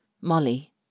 Molly